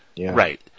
right